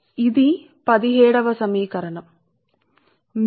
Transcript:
కాబట్టి ఇది సమీకరణం 17